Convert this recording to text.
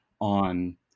on